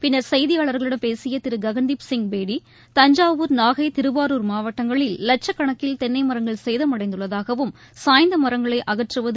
பின்னர் செய்தியாளர்களிடம் பேசிய திரு ககன்தீப் சிங் பேடி தஞ்சாவூர் நாகை திருவாரூர் மாவட்டங்களில் லட்சக்கணக்கில் தென்னை மரங்கள் சேதமடைந்துள்ளதாகவும் சாய்ந்த மரங்களை அகற்றுவது